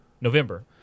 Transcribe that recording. November